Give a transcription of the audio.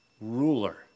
ruler